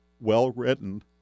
well-written